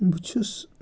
بہٕ چھُس